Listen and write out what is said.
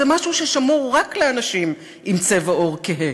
זה משהו ששמור רק לאנשים עם צבע עור כהה.